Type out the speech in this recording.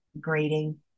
grading